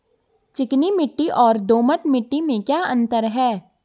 चिकनी मिट्टी और दोमट मिट्टी में क्या अंतर है?